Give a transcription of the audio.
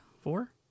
Four